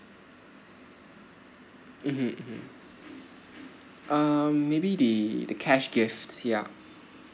(uh huh) (uh huh) um maybe the the cash gifts yeah